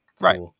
right